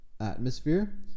atmosphere